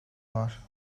var